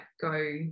go